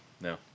no